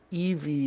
EV